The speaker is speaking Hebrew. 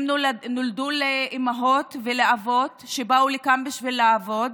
הם נולדו לאימהות ולאבות שבאו לכאן בשביל לעבוד.